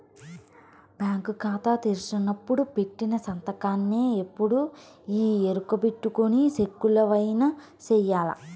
bank కాతా తెరిసినపుడు పెట్టిన సంతకాన్నే ఎప్పుడూ ఈ ఎరుకబెట్టుకొని సెక్కులవైన సెయ్యాల